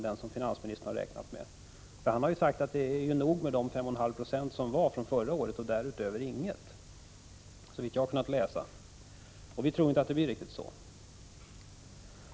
Han har ju sagt att det är nog med de 5,5 9 från förra året, därutöver ingenting, har jag läst. Vi tror inte att det blir riktigt så.